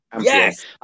Yes